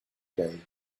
day